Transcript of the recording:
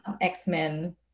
X-Men